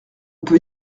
peut